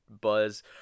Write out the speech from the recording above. buzz